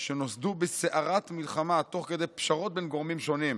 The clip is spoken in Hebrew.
שנוסדו בסערת מלחמה תוך כדי פשרות בין גורמים שונים.